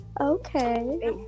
Okay